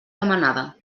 demanada